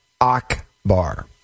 Akbar